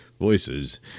voices